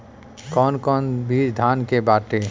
कौन कौन बिज धान के बाटे?